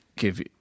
give